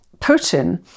Putin